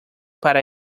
para